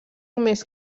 més